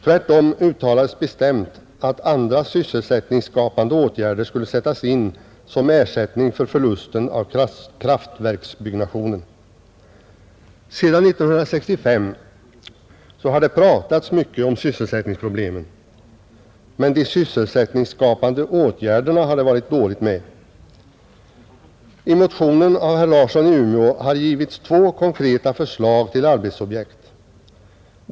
Tvärtom uttalades bestämt att andra sysselsättningsskapande åtgärder skulle sättas in som ersättning för förlusten av kraftverksbyggnationen. Sedan 1965 har det pratats mycket om sysselsättningsproblemen, men det har varit dåligt med de sysselsättningsskapande åtgärderna. I motionen 1126 av herr Larsson i Umeå m.fl. har angivits två konkreta förslag till arbetsobjekt.